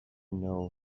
know